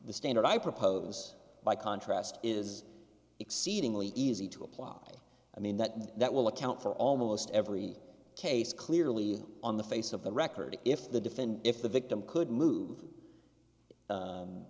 the standard i propose by contrast is exceedingly easy to apply i mean that that will account for almost every case clearly on the face of the record if the defense if the victim could move